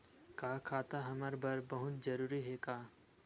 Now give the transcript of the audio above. का खाता हमर बर बहुत जरूरी हे का?